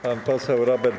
Pan poseł Robert